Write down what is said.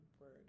word